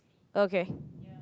okay